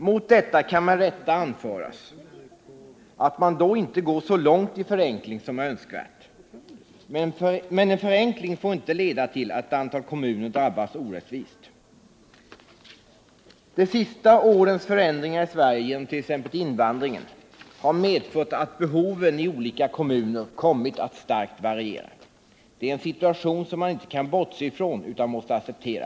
Mot detta kan med rätta anföras att man då inte går så långt i förenkling som är önskvärt. Men en förenkling får inte leda till att ett antal kommuner drabbas orättvist. De senaste årens förändringar i befolkningssammansättningen i Sverige, t.ex. genom invandringen, har medfört att behoven i olika kommuner kommit att starkt variera. Det är en situation som man inte kan bortse ifrån utan måste acceptera.